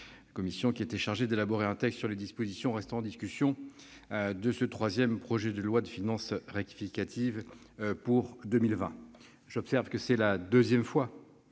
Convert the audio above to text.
la commission mixte paritaire chargée d'élaborer un texte sur les dispositions restant en discussion du troisième projet de loi de finances rectificative pour 2020. J'observe que c'est la deuxième fois